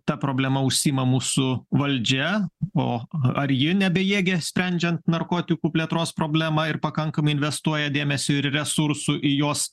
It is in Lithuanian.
ta problema užsiima mūsų valdžia o ar ji nebejėgė sprendžiant narkotikų plėtros problemą ir pakankamai investuoja dėmesio ir resursų į jos